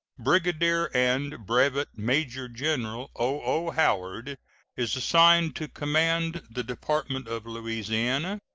brigadier and brevet major general o o. howard is assigned to command the department of louisiana.